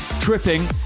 Tripping